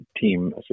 team